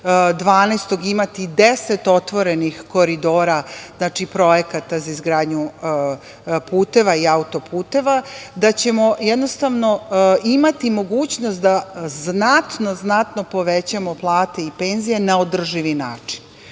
imati 10 otvorenih koridora, projekata za izgradnju puteva i autoputeva, da ćemo imati mogućnost da znatno povećamo plate i penzije na održivi način.